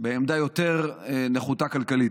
בעמדה יותר נחותה כלכלית.